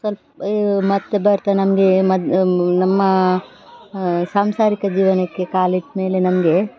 ಸ್ವಲ್ಪ ಮತ್ತೆ ಬರ್ತಾ ನಮಗೆ ಮ ನಮ್ಮ ಸಾಂಸಾರಿಕ ಜೀವನಕ್ಕೆ ಕಾಲಿಟ್ಟ ಮೇಲೆ ನಮಗೆ